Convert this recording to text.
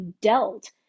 dealt